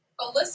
Alyssa